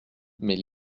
mais